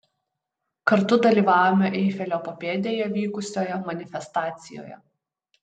kartu dalyvavome eifelio papėdėje vykusioje manifestacijoje